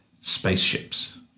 spaceships